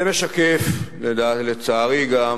זה משקף, לצערי, גם